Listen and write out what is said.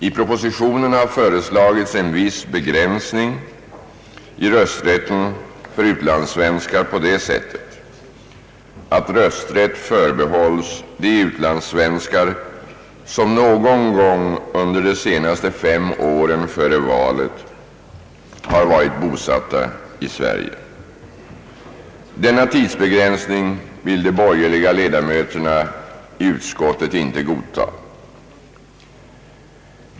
I propositionen har föreslagits en viss begränsning i rösträtten för utlandssvenskar på det sättet, att rösträtt förbehålles de utlandssvenskar som någon gång under de senaste fem åren före valet har varit bosatta i Sverige. Denna tidsbegränsning vill de borgerliga ledamöterna i utskottet inte godtaga.